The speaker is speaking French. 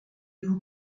vous